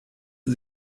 sie